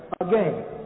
Again